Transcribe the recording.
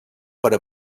per